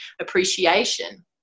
appreciation